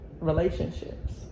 relationships